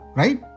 right